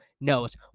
knows